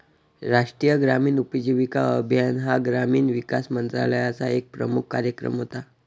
राष्ट्रीय ग्रामीण उपजीविका अभियान हा ग्रामीण विकास मंत्रालयाचा एक प्रमुख कार्यक्रम होता